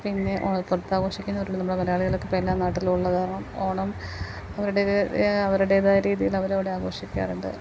പിന്നെ ഓണം ഗൾഫിൽ ആഘോഷിക്കുന്നവരുണ്ട് നമ്മളുടെ മലയാളികളൊക്കെ ഇപ്പോൾ എല്ലാ നാട്ടിലും ഉള്ളത് കാരണം ഓണം അവരുടേത് അവരുടേതായ രീതിയിൽ അവരവിടെ ആഘോഷിക്കാറുണ്ട്